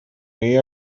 мои